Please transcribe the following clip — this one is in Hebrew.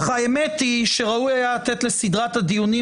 אך האמת היא שראוי היה לתת לסדרת הדיונים